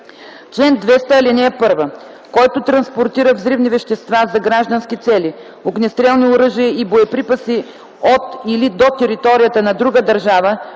„Чл. 200. (1) Който транспортира взривни вещества за граждански цели, огнестрелни оръжия и боеприпаси от или до територията на друга държава